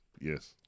Yes